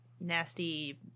nasty